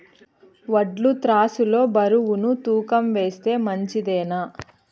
వడ్లు త్రాసు లో బరువును తూకం వేస్తే మంచిదేనా?